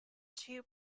two